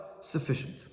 sufficient